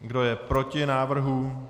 Kdo je proti návrhu?